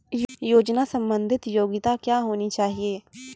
योजना संबंधित योग्यता क्या होनी चाहिए?